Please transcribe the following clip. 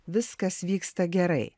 viskas vyksta gerai